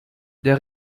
der